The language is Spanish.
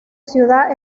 ciudad